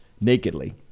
nakedly